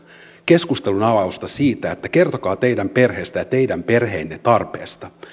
keskustelun avausta siitä että kertokaa teidän perheestänne ja teidän perheenne tarpeesta